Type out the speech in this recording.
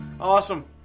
Awesome